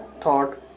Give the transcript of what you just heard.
thought